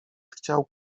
chciał